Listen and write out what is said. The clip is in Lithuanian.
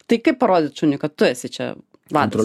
tai kaip parodyti šuniui kad tu esi čia vadas